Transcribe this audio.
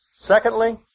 Secondly